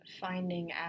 Finding